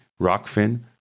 Rockfin